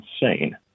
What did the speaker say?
insane